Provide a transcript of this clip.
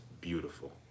beautiful